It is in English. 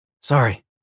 Sorry